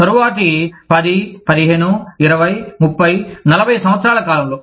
తరువాతి 10 15 20 30 40 సంవత్సరాల కాలంలో